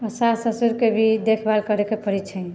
सास ससुरके भी देखभाल करेके पड़ै छै